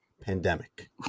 pandemic